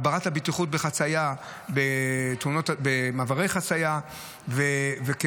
הגברת הבטיחות בחציה במעברי חציה וקידום